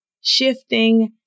shifting